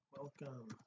welcome